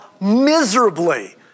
miserably